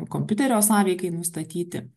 kompiuterio sąveikai nustatyti